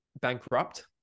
bankrupt